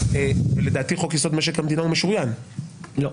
לדעתי חוק-יסוד: משק המדינה הוא משוריין --- לא.